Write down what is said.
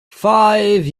five